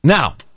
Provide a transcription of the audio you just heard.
Now